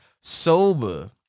sober